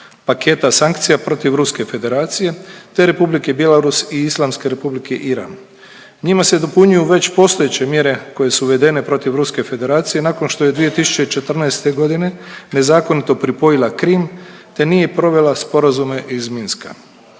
paketa sankcija protiv Ruske federacije te Republike Bjelorus i Islamske republike Iran. Njima se dopunjuju već postojeće mjere koje su uvedene protiv Ruske federacije nakon što je 2014. godine nezakonito pripojila Krim te nije provela sporazume iz Minska.